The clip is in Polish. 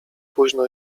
późno